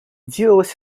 делалось